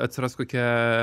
atsiras kokia